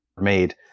made